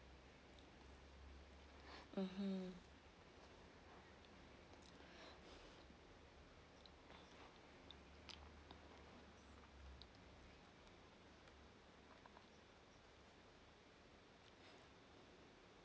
mmhmm